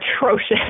atrocious